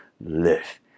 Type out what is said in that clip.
live